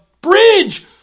bridge